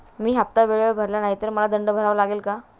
मी हफ्ता वेळेवर भरला नाही तर मला दंड भरावा लागेल का?